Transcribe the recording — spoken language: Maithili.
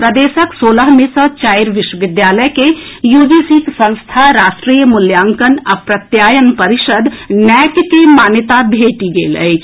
प्रदेशक सोलह मे सँ चारि विश्वविद्यालय के यूजीसीक संस्था राष्ट्रीय मूल्यांकन आ प्रत्यायन परिषद नैक के मान्यता भेटि गेल अछि